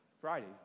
Friday